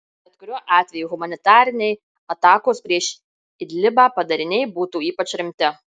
bet kuriuo atveju humanitariniai atakos prieš idlibą padariniai būtų ypač rimti